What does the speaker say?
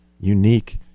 unique